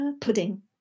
Pudding